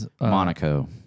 Monaco